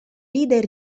leader